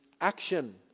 action